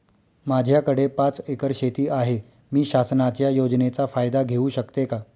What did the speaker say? माझ्याकडे पाच एकर शेती आहे, मी शासनाच्या योजनेचा फायदा घेऊ शकते का?